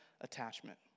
attachment